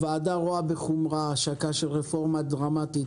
הוועדה רואה בחומרה השקת רפורמה דרמטית